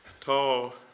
tall